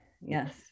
Yes